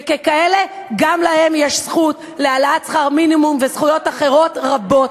וככאלה גם להם יש זכות להעלאת שכר המינימום ולזכויות אחרות רבות.